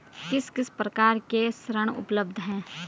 किस किस प्रकार के ऋण उपलब्ध हैं?